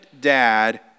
dad